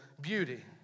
beauty